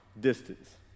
distance